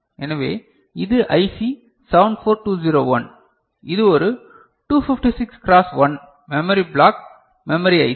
எனவே இது ஐசி 74201 இது ஒரு 256 cross 1 memory block memory IC